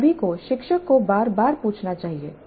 इन सभी को शिक्षक को बार बार पूछना चाहिए